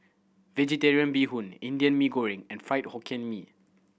Vegetarian Bee Hoon Indian Mee Goreng and Fried Hokkien Mee